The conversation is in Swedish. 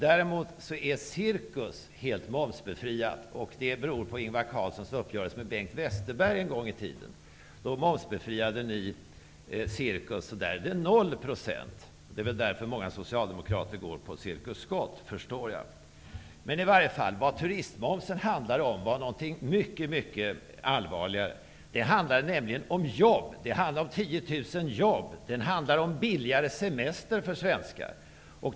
Däremot är cirkus helt momsbefriad. Det beror på Ingvar Carlssons uppgörelse med Bengt Westerberg en gång i tiden. Ni momsbefriade cirkus. Där är det 0 % moms. Det är väl därför som många socialdemokrater går på Cirkus Scott, förstår jag. Turistmomsen handlar om mycket allvarliga ting. Det handlar om 10 000 jobb. Det handlar om billigare semester för svenskar.